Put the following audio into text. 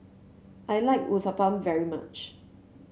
I like Uthapam very much